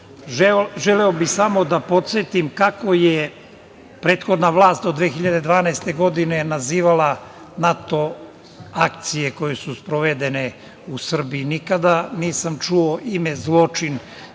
želeo bih samo da podsetim kako je prethodna vlast do 2012. godine nazivala NATO akcije koje su sprovedene u Srbiji. Nikada nisam čuo ime zločin